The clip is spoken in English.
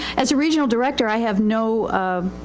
as a regional director i have no,